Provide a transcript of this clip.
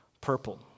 purple